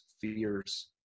fears